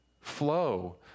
flow